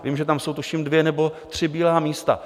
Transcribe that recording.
Vím, že tam jsou tuším dvě nebo tři bílá místa.